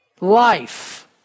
Life